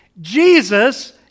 Jesus